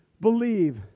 believe